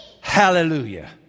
Hallelujah